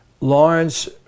Lawrence